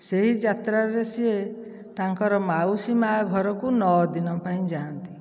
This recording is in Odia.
ସେହି ଯାତ୍ରାରେ ସିଏ ତାଙ୍କର ମାଉସୀ ମା' ଘରକୁ ନଅଦିନ ପାଇଁ ଯାଆନ୍ତି